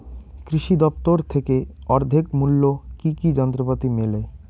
কৃষি দফতর থেকে অর্ধেক মূল্য কি কি যন্ত্রপাতি মেলে?